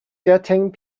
getting